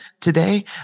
today